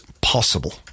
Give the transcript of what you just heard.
possible